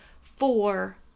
four